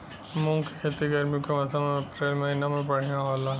मुंग के खेती गर्मी के मौसम अप्रैल महीना में बढ़ियां होला?